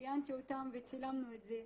ראיינתי אותם וצילמנו את זה.